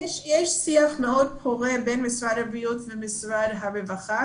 יש שיח מאוד פורה בין משרד הבריאות למשרד הרווחה.